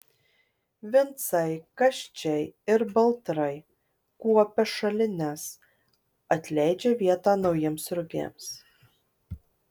vincai kasčiai ir baltrai kuopia šalines atleidžia vietą naujiems rugiams